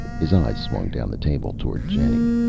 his eyes swung down the table toward jenny.